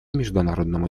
международному